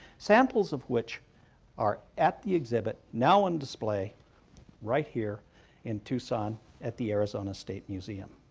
samples of which are at the exhibit now on display right here in tucson at the arizona state museum.